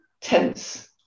tense